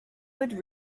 would